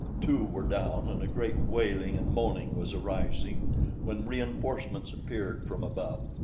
two were down and a great wailing and moaning was arising when reinforcements appeared from above.